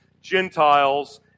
Gentiles